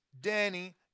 Danny